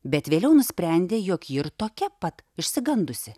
bet vėliau nusprendė jog ji ir tokia pat išsigandusi